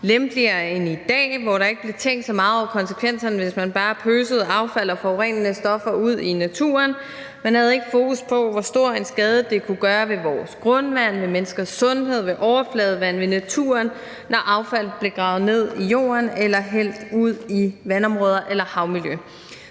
lempeligere end i dag, og hvor der ikke blev tænkt så meget over konsekvenserne, hvis man bare pøsede affald og forurenende stoffer ud i naturen. Man havde ikke fokus på, hvor stor en skade det kunne gøre ved vores grundvand, ved menneskers sundhed, ved overfladevand, ved naturen, når affald blev gravet ned i jorden eller hældt ud i vandområder eller havmiljø.